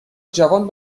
جوان